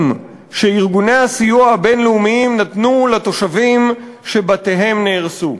שארגוני הסיוע הבין-לאומיים נתנו לתושבים שבתיהם נהרסו.